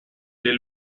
dei